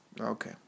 Okay